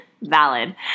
valid